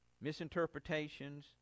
misinterpretations